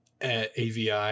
AVI